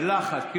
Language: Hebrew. בלחש.